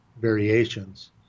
variations